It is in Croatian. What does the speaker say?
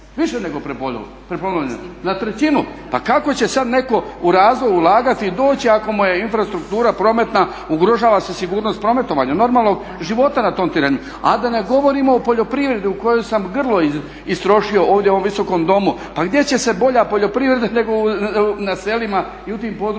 Više nego prepolovljena, na trećinu. Pa kako će sada netko u razvoj ulagati i doći ako mu je infrastruktura prometna, ugrožava se sigurnost prometovanja, normalnog života na tom terenu. A da ne govorimo o poljoprivredi u kojoj sam grlo istrošio ovdje u ovom Visokom domu. Pa gdje će se bolja poljoprivreda nego na selima i u tim područjima